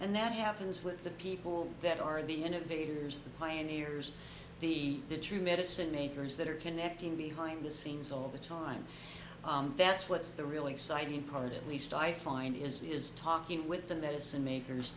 and that happens with the people that are the innovators the pioneers the the true medicine makers that are connecting behind the scenes all the time and that's what's the really exciting part at least i find is is talking with the medicine makers